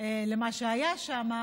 למה שהיה שם,